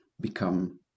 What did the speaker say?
become